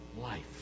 life